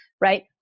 right